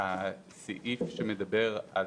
הסעיף השני מדבר על